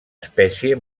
espècie